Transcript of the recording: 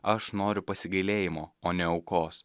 aš noriu pasigailėjimo o ne aukos